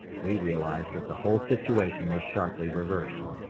we realized that the whole situation was sharply reversed.